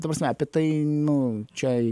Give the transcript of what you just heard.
ta prasme apie tai nu čia